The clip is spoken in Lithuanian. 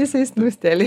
jisai snūsteli